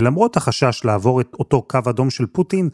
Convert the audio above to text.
ולמרות החשש לעבור את אותו קו אדום של פוטין,